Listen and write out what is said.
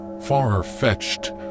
far-fetched